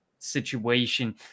Situation